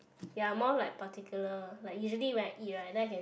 ya more like particular like usually when I eat right then I can